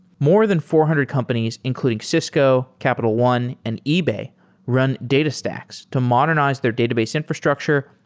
more than four hundred companies including cisco, capital one, and ebay run datastax to modernize their database infrastructure,